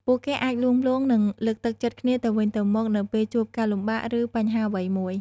ពួកគេអាចលួងលោម និងលើកទឹកចិត្តគ្នាទៅវិញទៅមកនៅពេលជួបការលំបាក ឬបញ្ហាអ្វីមួយ ។